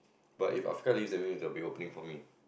but if after that's mean is a well pay for me